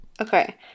Okay